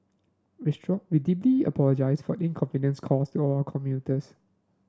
withdrew we deeply apologize for inconvenience caused to all our commuters